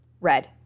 Red